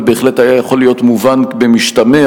ובהחלט היה יכול להיות מובן במשתמע,